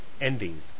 ending